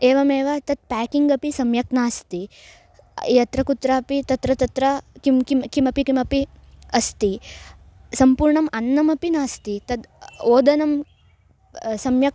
एवमेव तत् प्याकिङ्ग् अपि सम्यक् नास्ति यत्र कुत्रापि तत्र तत्र किं किं किमपि किमपि अस्ति सम्पूर्णम् अन्नमपि नास्ति तद् ओदनं सम्यक्